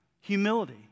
Humility